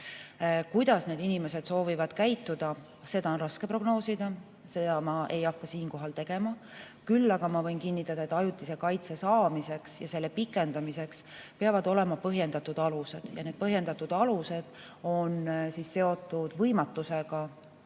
Kuidas need inimesed soovivad käituda, seda on raske prognoosida, seda ma ei hakka siin tegema. Küll aga võin kinnitada, et ajutise kaitse saamiseks ja selle pikendamiseks peavad olema põhjendatud alused. Need põhjendatud alused on seotud võimatusega